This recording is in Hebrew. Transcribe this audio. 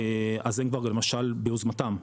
אז זה כבר למשל ביוזמתם.